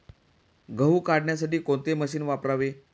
गहू काढण्यासाठी कोणते मशीन वापरावे?